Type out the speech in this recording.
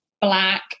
black